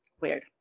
Weird